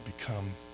become